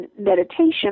meditation